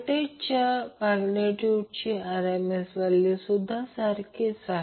हा एक छोटासा एक्सरसाईज् आहे